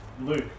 Luke